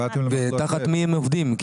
תחת מי הם עובדים?